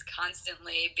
constantly